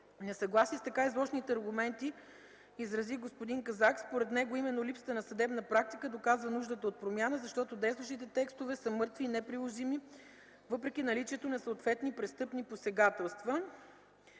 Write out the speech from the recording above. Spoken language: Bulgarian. Несъгласие с така изложените аргументи изрази господин Казак. Според него именно липсата на съдебна практика доказва нуждата от промяна, защото действащите текстове са „мъртви” и неприложими въпреки наличието на съответни престъпни посегателства.